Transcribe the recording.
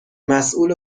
مسول